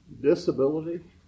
disability